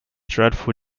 dreadful